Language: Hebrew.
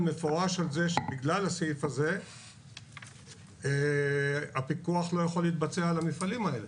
מפורש על זה שבגלל הסעיף הזה הפיקוח לא יכול להתבצע על המפעלים האלה.